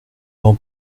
grand